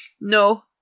no